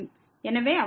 எனவே அவ்வளவுதான்